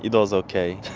it was okay.